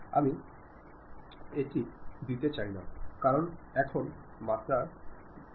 আমি অভ্যন্তরীণ দিতে চাই না কারণ এখন মাত্রার দিক থেকে একটি অস্পষ্টতা রয়েছে